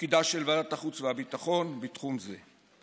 ותפקידה של ועדת החוץ והביטחון בתחום זה.